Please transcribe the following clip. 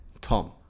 Tom